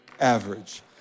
average